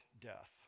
death